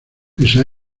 pese